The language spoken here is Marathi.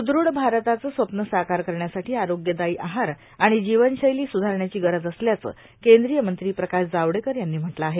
सुदृढ भारताचं स्वप्न साकार करण्यासाठी आरोग्यदायी आहार आर्गाण जीवनशैली सुधारण्याची गरज असल्याचं कद्रीय मंत्री प्रकाश जावडेकर यांनी म्हटलं आहे